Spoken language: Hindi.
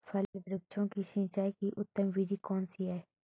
फल वृक्षों की सिंचाई की उत्तम विधि कौन सी है?